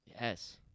Yes